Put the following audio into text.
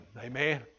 Amen